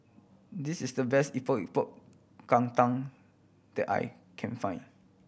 this is the best Epok Epok Kentang that I can find